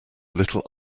little